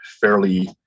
fairly